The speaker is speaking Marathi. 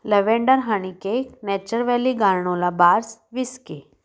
lavender honey cake nature valley granola bars विसके